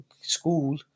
school